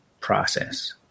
process